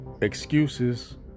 Excuses